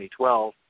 2012